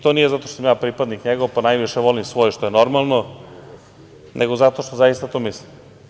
To nije zato što sam ja pripadnik njegov, pa najviše volim svoje, što je normalno, nego zato što zaista to mislim.